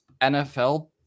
NFL